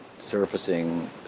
surfacing